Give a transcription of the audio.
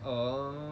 oh